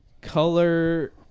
color